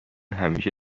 همیشه